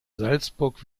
salzburg